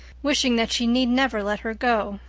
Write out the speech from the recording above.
wishing that she need never let her go